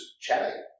chatting